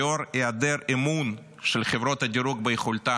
לנוכח היעדר אמון של חברות הדירוג ביכולתה